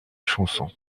chanson